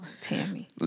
Tammy